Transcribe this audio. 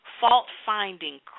fault-finding